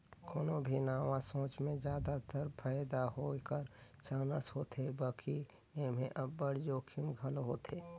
कोनो भी नावा सोंच में जादातर फयदा होए कर चानस होथे बकि एम्हें अब्बड़ जोखिम घलो होथे